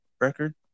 record